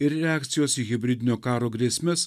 ir reakcijos į hibridinio karo grėsmes